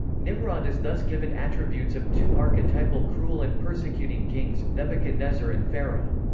nimrod is thus given attributes of two archetypal cruel and persecuting kings nebuchadnezzar and pharaoh.